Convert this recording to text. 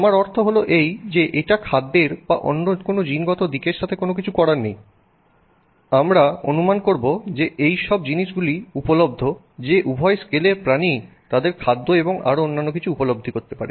আমার অর্থ হল এই যে এটার খাদ্যের বা অন্য কোন জিনগত দিকের সাথে কোন কিছুই করার নেই Refer Time 0752 আমরা অনুমান করব যে এই সব জিনিসগুলিই উপলব্ধ যে উভয় স্কেলের প্রাণীই তাদের খাদ্য ও আরো কিছু উপলব্ধ করতে পারে